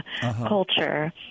culture